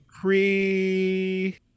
pre